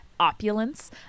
opulence